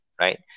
right